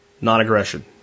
non-aggression